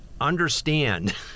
understand